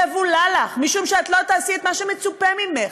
יבולע לך, משום שלא תעשי את מה שמצופה ממך.